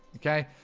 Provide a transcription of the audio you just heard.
okay,